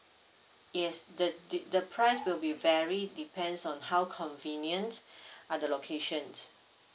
yes the the price will be vary depends on how convenient are the locations